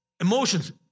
Emotions